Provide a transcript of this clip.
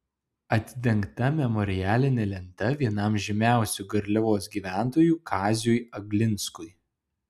atidengta memorialinė lenta vienam žymiausių garliavos gyventojų kaziui aglinskui